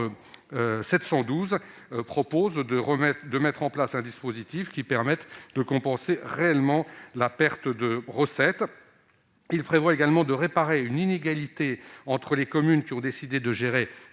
Je propose donc la mise en place d'un dispositif qui permette de compenser réellement la perte de recettes. Il est prévu également de réparer une inégalité entre les communes qui ont décidé de gérer directement